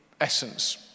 essence